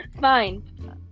Fine